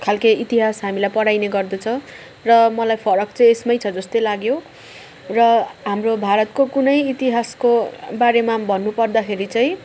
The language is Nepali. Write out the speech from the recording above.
खाले इतिहास हामीलाई पढाइने गर्दछ र मलाई फरक चाहिँ यसमा छ जस्तो लाग्यो र हाम्रो भारतको कुनै इतिहासको बारेमा भन्नु पर्दाखेरि चाहिँ